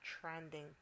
trending